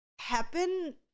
happen